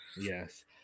yes